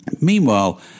Meanwhile